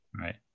right